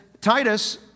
Titus